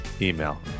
email